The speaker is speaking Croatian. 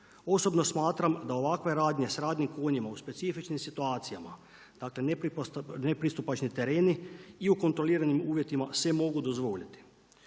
Osobno smatram da ovakve radne sa radnim konjima u specifičnim situacijama, dakle nepristupačni tereni i u kontroliranim uvjetima se mogu dozvoliti.